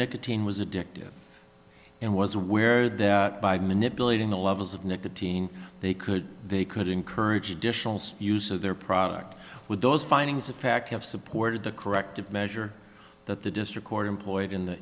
nicotine was addictive and was aware that by manipulating the levels of nicotine they could they could encourage additional use of their product with those findings of fact have supported the corrective measure that the district court